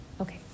Okay